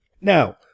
Now